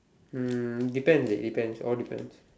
mm depends dey depends all depends